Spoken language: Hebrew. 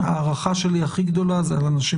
ההערכה הכי גדולה שלי היא לאנשים